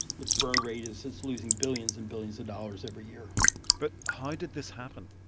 its burn rate is it's losing billions and billions of dollars every year but how did this happen?